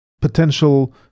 potential